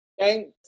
Thanks